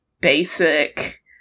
basic